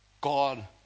God